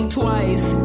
twice